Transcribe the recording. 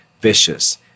vicious